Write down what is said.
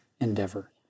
endeavor